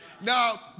Now